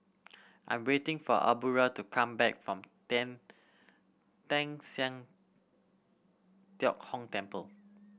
I'm waiting for Aubra to come back from Teng Teng San Tio Hock Temple